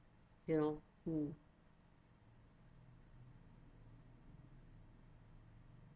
you know mm